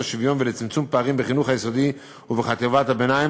השוויון ולצמצום פערים בחינוך היסודי ובחטיבת הביניים,